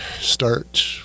start